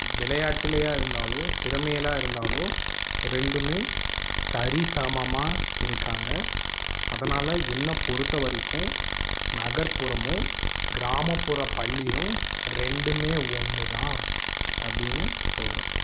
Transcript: விளையாட்டுலையாக இருந்தாலும் திறமைகளாக இருந்தாலும் ரெண்டுமே சரி சமமாக இருக்காங்க அதனால் என்னை பொறுத்த வரைக்கும் நகர்ப்புறமும் கிராமப்புற பள்ளியும் ரெண்டுமே ஒன்று தான் அப்படின்னு சொல்கிறேன்